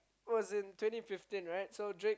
it was in twenty fifteen right so Drake